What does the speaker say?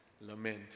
lament